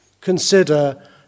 consider